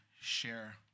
share